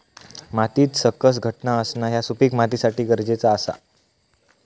मातीत सकस घटक असणा ह्या सुपीक मातीसाठी गरजेचा आसा